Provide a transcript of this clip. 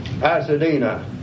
Pasadena